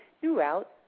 throughout